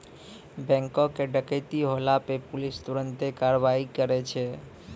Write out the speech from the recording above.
बैंको के डकैती होला पे पुलिस तुरन्ते कारवाही करै छै